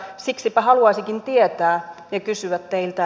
siksipä haluaisinkin tietää ja kysyä teiltä